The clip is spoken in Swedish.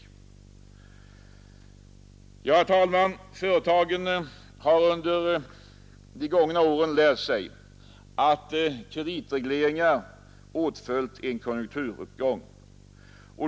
Herr talman! Företagen har de gångna åren lärt sig att kreditregleringar åtföljt en konjunkturuppgång.